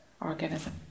organism